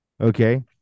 Okay